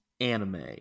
Anime